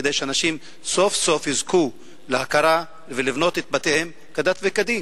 כדי שאנשים סוף-סוף יזכו להכרה ולבנות את בתיהם כדת וכדין,